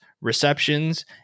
receptions